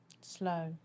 Slow